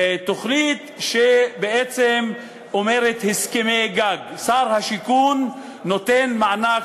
תוכנית שבעצם אומרת הסכמי-גג: שר השיכון נותן מענק